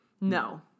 No